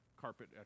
carpet